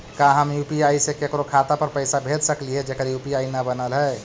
का हम यु.पी.आई से केकरो खाता पर पैसा भेज सकली हे जेकर यु.पी.आई न बनल है?